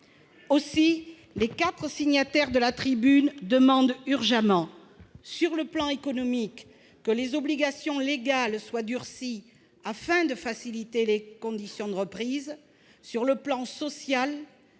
Aussi les quatre signataires de la tribune demandent-ils urgemment, sur le plan économique, que les obligations légales soient durcies, afin de faciliter les conditions de reprise et, sur le plan social,